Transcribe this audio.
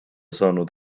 saanud